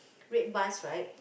red bus right